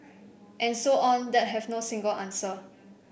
and so on that have no single answer